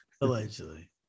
allegedly